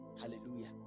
hallelujah